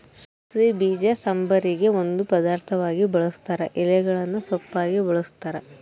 ಸಾಸಿವೆ ಬೀಜ ಸಾಂಬಾರಿಗೆ ಒಂದು ಪದಾರ್ಥವಾಗಿ ಬಳುಸ್ತಾರ ಎಲೆಗಳನ್ನು ಸೊಪ್ಪಾಗಿ ಬಳಸ್ತಾರ